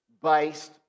based